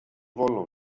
wolno